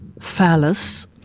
phallus